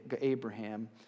Abraham